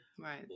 Right